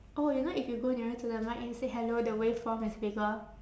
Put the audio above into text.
oh you know if you go nearer to the mic and say hello the waveform is bigger